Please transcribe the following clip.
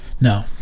no